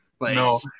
No